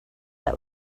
that